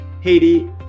Haiti